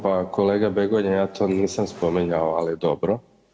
Pa kolega Begonja, ja to nisam spominjao, ali dobro.